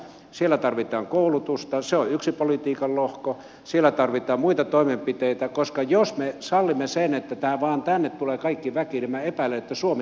siellä tarvitaan koulutusta se on yksi politiikan lohko siellä tarvitaan muita toimenpiteitä koska jos me sallimme sen että tänne vain tulee kaikki väki niin minä epäilen että suomi köyhtyy